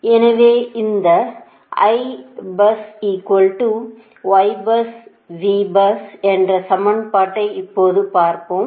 எனவே இந்த என்ற சமன்பாட்டை இப்போது பார்த்தோம்